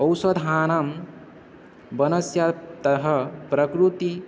औषधानां वनस्य तः प्राकृतिकम्